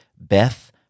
Beth